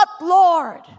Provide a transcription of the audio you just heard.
Lord